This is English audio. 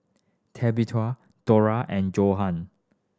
Tabitha Dora and